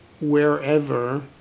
wherever